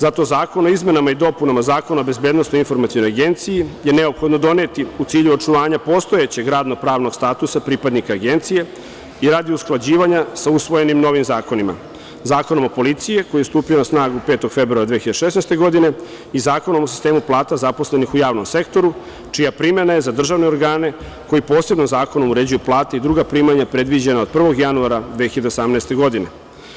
Zato Zakon o izmenama i dopunama Zakona o BIA je neophodno doneti u cilju očuvanja postojećeg radno-pravnog statusa pripadnika Agencije i radi usklađivanja sa usvojenim novim zakonima, Zakonom o policiji koji je stupio na snagu 5. februara 2016. godine i Zakonom o sistemu plata zaposlenih u javnom sektoru čija je primena za državne organe koji posebno zakonom uređuje plate i druga primanja predviđena od 1. januara 2018. godine.